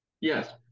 Yes